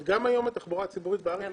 גם היום התחבורה הציבורית בארץ מסובסדת.